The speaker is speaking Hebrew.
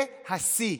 זה השיא.